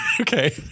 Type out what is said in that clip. Okay